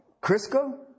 Crisco